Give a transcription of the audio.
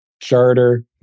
Charter